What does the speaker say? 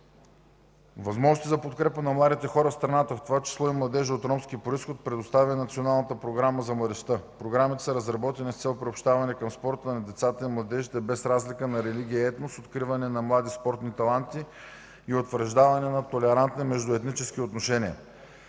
Възможности за подкрепа на младите хора в страната, в това число и младежи от ромски произход, предоставя Националната програма за младежта. Програмите са разработени с цел приобщаване към спорта на децата и младежите, без разлика на религия и етнос, откриване на млади спортни таланти и утвърждаване на толерантни междуетнически отношения.